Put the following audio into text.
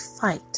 fight